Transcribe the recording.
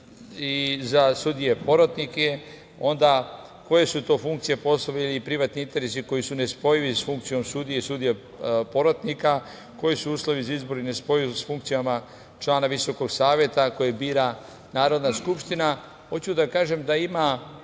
i za sudije porotnike, onda koje su to funkcije, poslovi ili privatni interesi koji su nespojivi sa funkcijom sudije i sudija porotnika, koji su uslovi za izbor i nespojivost sa funkcijama člana Visokog saveta koje bira Narodna skupština. Hoću